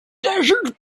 desert